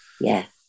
Yes